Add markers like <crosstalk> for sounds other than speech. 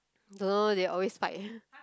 don't know they always fight <laughs>